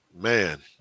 man